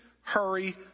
hurry